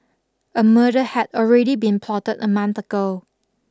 a murder had already been plotted a month ago